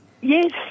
Yes